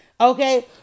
Okay